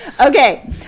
Okay